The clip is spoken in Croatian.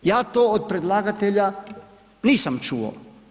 Ja to od predlagatelja nisam čuo.